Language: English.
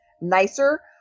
nicer